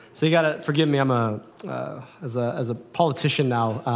so you've got to forgive me. um ah as ah as a politician now,